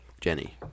Jenny